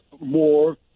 more